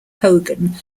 hogan